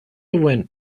went